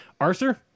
Arthur